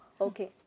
Okay